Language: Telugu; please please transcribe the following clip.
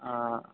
ఆ